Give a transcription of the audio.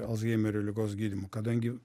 alzheimerio ligos gydymui kadangi